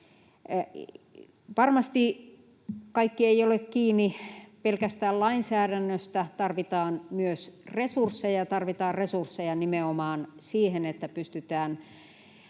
Varmasti kaikki ei ole kiinni pelkästään lainsäädännöstä. Tarvitaan myös resursseja, ja tarvitaan resursseja nimenomaan siihen, että pystytään